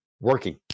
working